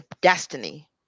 destiny